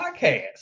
podcast